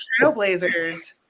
trailblazers